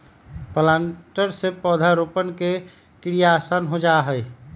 planter से पौधरोपण के क्रिया आसान हो जा हई